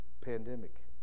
pandemic